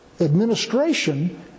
administration